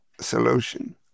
solution